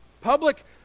Public